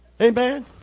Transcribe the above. Amen